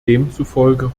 demzufolge